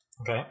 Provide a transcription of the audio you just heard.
Okay